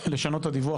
לשנות את הדיווח